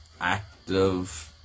active